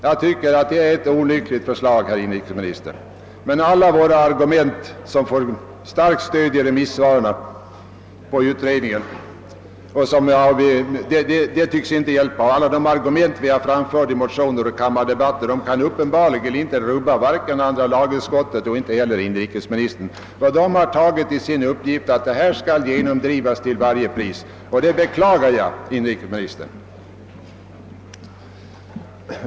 Jag tycker, herr inrikesminister, att det är ett olyckligt förslag. Alla våra argument, som fått starkt stöd i remissvaren och i den förra utredningen, tycks inte hjälpa. De argument vi har framfört i motioner och kammardebatter kan uppenbarligen inte rubba vare sig andra lagutskottet eller inrikesministern. De har tagit som sin uppgift att det här skall genomdrivas till varje pris, och det beklagar jag, herr inrikesminister.